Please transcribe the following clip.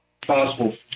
Possible